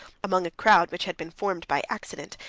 among a crowd which had been formed by accident,